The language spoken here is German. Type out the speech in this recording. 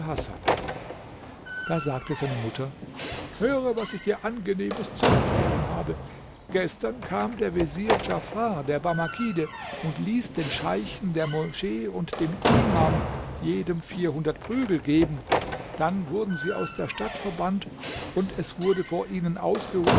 da sagte seine mutter höre was ich dir angenehmes zu erzählen habe gestern kam der vezier djafar der barmakide und ließ den scheichen der moschee und dem imam jedem vierhundert prügel geben dann wurden sie aus der stadt verbannt und es wurde vor ihnen